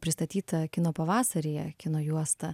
pristatytą kino pavasaryje kino juostą